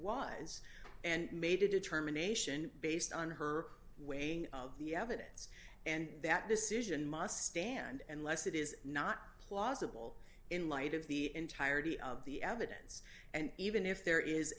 was and made a determination based on her weighing the evidence and that decision must stand and less it is not plausible in light of the entirety of the evidence and even if there is